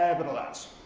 but alas,